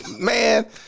Man